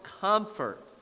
Comfort